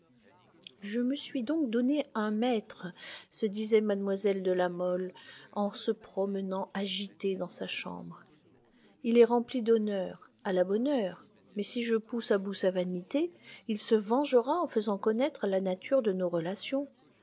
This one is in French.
je me suis donc donné un maître se disait mlle de la mole en se promenant agitée dans sa chambre il est rempli d'honneur à la bonne heure mais si je pousse à bout sa vanité il se vengera en faisant connaître la nature de nos relations